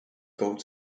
gold